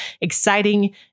exciting